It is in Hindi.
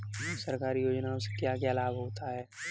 सरकारी योजनाओं से क्या क्या लाभ होता है?